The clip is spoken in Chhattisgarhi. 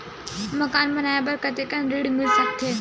मकान बनाये बर कतेकन ऋण मिल सकथे?